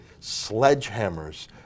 sledgehammers